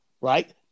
Right